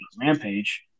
Rampage